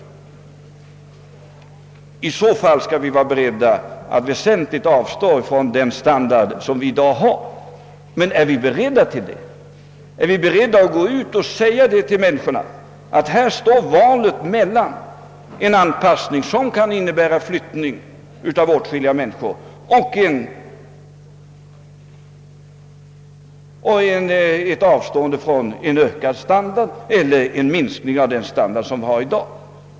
Vill vi inte det, måste vi vara beredda att avstå från en väsentlig del av den standard vi har i dag. Men är vi beredda till det? Här står valet mellan å ena sidan en anpassning som kan innebära flyttning av åtskilliga människor och å andra sidan avstående från en ökad standard eller rent av en sänkning av den standard vi har i dag.